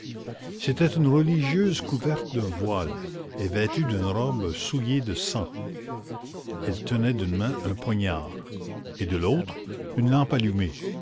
c'était une religieuse couverte d'un voile et vêtue d'une robe souillée de sang elle tenait d'une main un poignard et de l'autre une lampe allumée